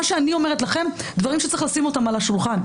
אני אומרת לכם דברים שצריך לשים על השולחן.